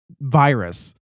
virus